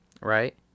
right